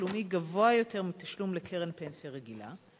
לאומי גבוה מתשלום לקרן פנסיה רגילה?